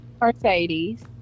Mercedes